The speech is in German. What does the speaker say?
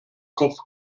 kopf